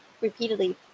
repeatedly